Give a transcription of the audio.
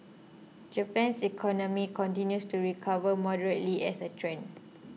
Japan's economy continues to recover moderately as a trend